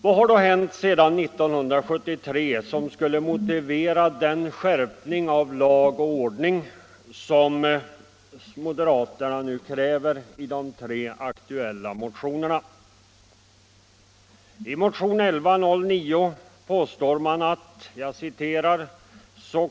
Vad har då hänt sedan 1973 som skulle kunna motivera den skärpning av lag och stadga som moderaterna kräver i de tre aktuella motionerna? I motionen 1109 påstår man: ”S.